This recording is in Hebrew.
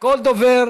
כל דובר